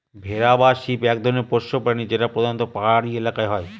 ভেড়া বা শিপ এক ধরনের পোষ্য প্রাণী যেটা প্রধানত পাহাড়ি এলাকায় হয়